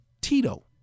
Tito